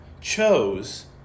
chose